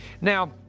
now